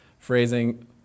phrasing